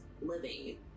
living